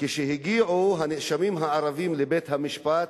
כשהגיעו נאשמים ערבים לבית-המשפט,